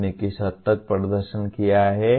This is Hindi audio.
आपने किस हद तक प्रदर्शन किया है